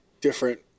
different